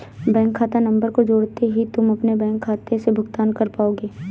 bank खाता number को जोड़ते ही तुम अपने बैंक खाते से भुगतान कर पाओगे